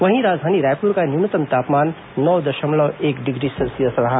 वहीं राजधानी रायपुर का न्यूनतम तापमान नौ दशमलव एक डिग्री सेल्सियस रहा